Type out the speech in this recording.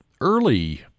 early